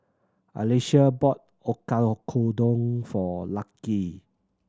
Alysia bought Oyakodon for Lucky